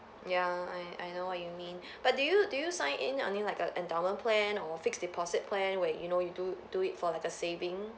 ya I I know what you mean but do you do you sign in only like a endowment plan or fixed deposit plan where you know you do do it for like a saving